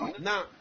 Now